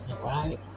Right